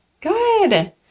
Good